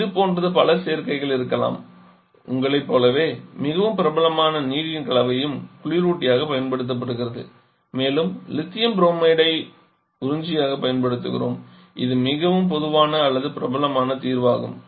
இதுபோன்ற பல சேர்க்கைகள் இருக்கலாம் உங்களைப் போலவே மிகவும் பிரபலமான நீரின் கலவையும் குளிரூட்டியாகப் பயன்படுத்தப்படுகிறது மேலும் லித்தியம் புரோமைடை உறிஞ்சியாகப் பயன்படுத்துகிறோம் இது மிகவும் பொதுவான அல்லது பிரபலமான தீர்வாகும்